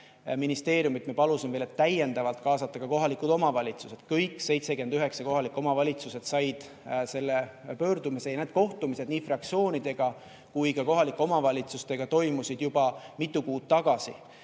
Keskkonnaministeeriumil me palusime veel kaasata kohalikud omavalitsused. Kõik 79 kohalikku omavalitsust said selle pöördumise. Ja need kohtumised nii fraktsioonidega kui ka kohalike omavalitsustega toimusid juba mitu kuud tagasi.